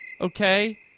Okay